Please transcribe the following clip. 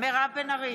מירב בן ארי,